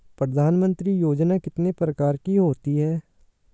प्रधानमंत्री योजना कितने प्रकार की होती है?